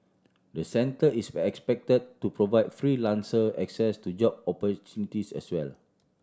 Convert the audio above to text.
the centre is expected to provide freelancer access to job opportunities as well